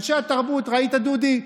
אנשי התרבות, ראית, דודי?